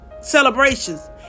celebrations